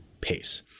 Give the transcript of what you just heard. pace